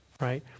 Right